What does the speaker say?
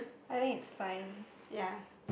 I think is fine